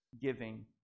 giving